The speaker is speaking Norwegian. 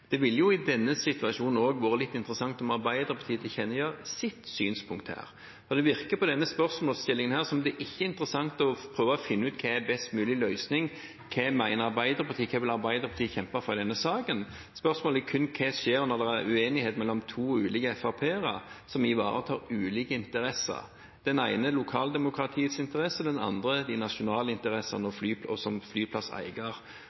Det er departementet som skal gi konsesjoner. Det ville i denne situasjonen vært litt interessant om Arbeiderpartiet tilkjennegir sitt synspunkt her. Det virker på denne spørsmålsstillingen her som om det ikke er interessant å prøve å finne ut hva som er en best mulig løsning. Hva mener Arbeiderpartiet? Hva vil Arbeiderpartiet kjempe for i denne saken? Spørsmålet er kun om hva som skjer når det er uenighet mellom to ulike Fremskrittsparti-representanter som ivaretar ulike interesser – den ene lokaldemokratiets interesser, mens den andre de nasjonale interessene